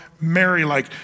Mary-like